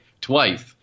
twice